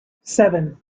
seven